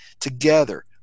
together